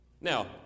Now